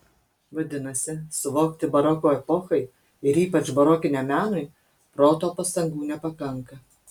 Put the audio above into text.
vadinasi suvokti baroko epochai ir ypač barokiniam menui proto pastangų nepakanka